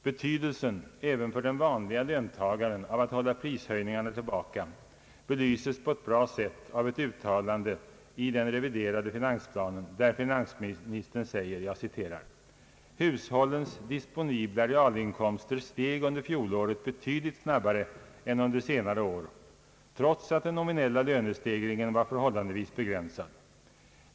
Betydelsen även för den vanlige löntagaren av att prishöjningarna hålls tillbaka belyses på ett bra sätt av ett uttalande i den reviderade finansplanen, där finansministern säger: »Hushållens disponibla realinkomster steg under fjolåret betydligt snabbare än under senare år trots att den nominella lönestegringen var förhållandevis begränsad.